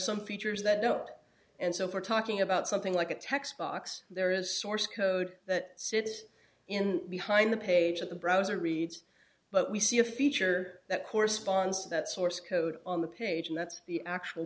some features that don't and so for talking about something like a text box there is source code that sits in behind the page at the browser reads but we see a feature that corresponds to that source code on the page and that's the actual